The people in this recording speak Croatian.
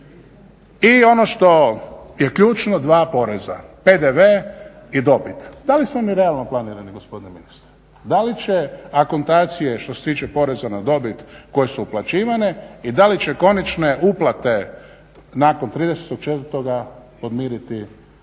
I ono što je ključno, dva poreza. PDV i dobit. Da li su oni realno planirani gospodine ministre? Da li će akontacije što se tiče poreza na dobit koje su uplaćivane i da li će konačne uplate nakon 30.04. podmiriti